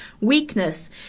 weakness